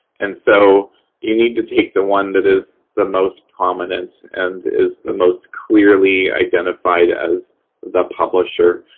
and so you need to take the one that is the most prominent and is the most clearly identified as the publisher.